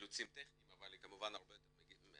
אילוצים טכניים אבל כמובן היא הרבה יותר מהירה.